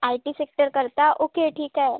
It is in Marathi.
आय टी सेक्टरकरता ओके ठीक आहे